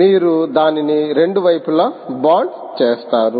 మీరు దానిని రెండు వైపులా బాండ్ చేస్తారా